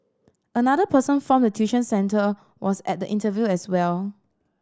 another person form the tuition centre was at the interview as well